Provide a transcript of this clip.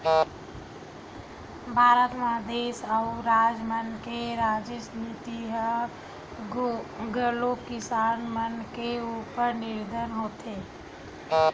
भारत म देस अउ राज मन के राजनीति ह घलोक किसान मन के उपर निरभर होथे